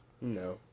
No